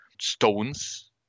stones